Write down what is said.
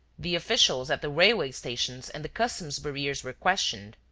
the officials at the railway-stations and the customs-barriers were questioned.